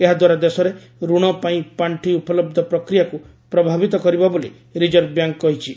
ଏହାଦ୍ୱାରା ଦେଶରେ ଋଣ ପାଇଁ ପାର୍ଶି ଉପଲବ୍ଧ ପ୍ରକ୍ରିୟା କୁ ପ୍ରଭାବିତ କରିବ ବୋଲି ରିଜର୍ଭ ବ୍ୟଙ୍କ କହିଛି